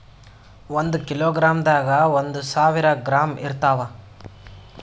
ಒಂದ್ ಕಿಲೋಗ್ರಾಂದಾಗ ಒಂದು ಸಾವಿರ ಗ್ರಾಂ ಇರತಾವ